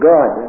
God